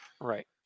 right